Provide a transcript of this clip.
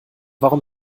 warum